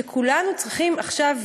שכולנו צריכים עכשיו,